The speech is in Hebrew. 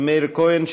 של מאיר כהן,